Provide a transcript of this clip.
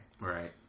Right